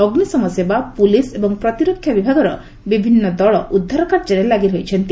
ଅଗ୍ରିଶମ ସେବା ପୁଲିସ୍ ଏବଂ ପ୍ରତିରକ୍ଷା ବିଭାଗର ବିଭିନ୍ନ ଦଳ ଉଦ୍ଧାର କାର୍ଯ୍ୟରେ ଲାଗିରହିଛନ୍ତି